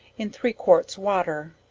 in three quarts water,